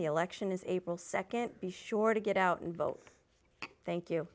the election is april nd be sure to get out and vote thank you